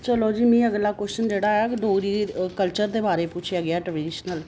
चलो जी मीं अगला कोशन जेह्ड़ा ऐ डोगरी कल्चर दे बारै पुच्छेआ गेआ ऐ टर्डिशनल